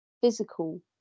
physical